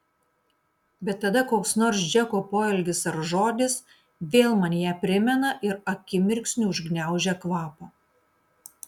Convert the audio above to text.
bet tada koks nors džeko poelgis ar žodis vėl man ją primena ir akimirksniu užgniaužia kvapą